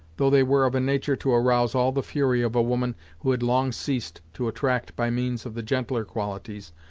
though they were of a nature to arouse all the fury of a woman who had long ceased to attract by means of the gentler qualities,